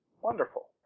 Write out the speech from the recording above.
Wonderful